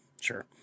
sure